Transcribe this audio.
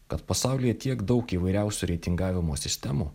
kad pasaulyje tiek daug įvairiausių reitingavimo sistemų